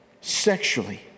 sexually